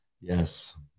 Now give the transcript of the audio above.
Yes